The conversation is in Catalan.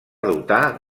dotar